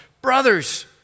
Brothers